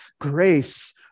grace